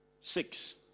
Six